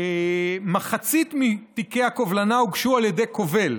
מחצית מתיקי הקובלנה הוגשו על ידי קובל,